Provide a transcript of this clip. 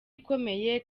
ikomeye